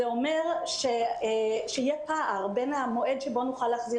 זה אומר שיהיה פער בין המועד שבו נוכל להחזיר